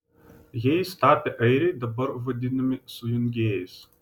jais tapę airiai dabar vadinami sujungėjais